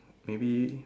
maybe